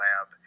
lab